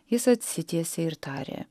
jis atsitiesė ir tarė